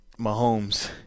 Mahomes